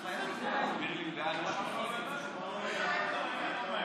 עידוד עסקים להעסקת בני החברה הערבית והחרדית),